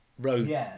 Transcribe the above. road